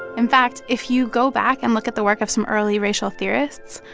in fact, if you go back and look at the work of some early racial theorists,